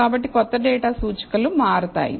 కాబట్టి క్రొత్త డేటా సూచికలు మారుతాయి